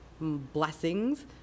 blessings